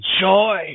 joy